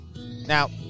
Now